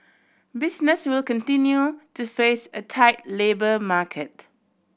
business will continue to face a tight labour market